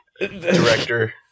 director